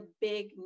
big